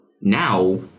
Now